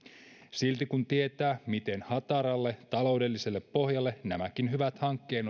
silti kun tietää miten hataralle taloudelliselle pohjalle nämäkin hyvät hankkeet